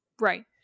Right